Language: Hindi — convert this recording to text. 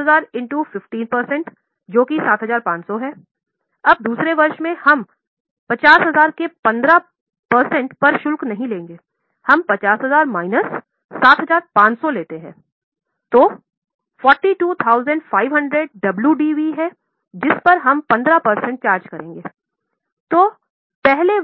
हम पहले 2 वर्षों के लिए